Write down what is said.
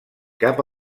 cap